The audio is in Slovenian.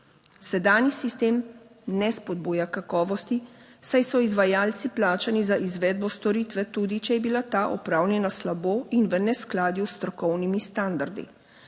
Sedanji sistem ne spodbuja kakovosti, saj so izvajalci plačani za izvedbo storitve, tudi če je bila ta opravljena slabo in v neskladju s strokovnimi standardi.